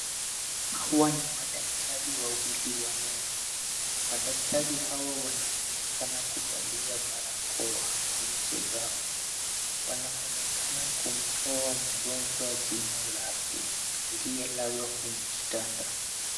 Hawa ni madaktari wawili wa meno, madaktari hawa wanaonekana kuvalia barakoa kwenye nyuso zao. Waaonekana kumtoa mgonjwa jina lake aliyelala kwenye kitanda.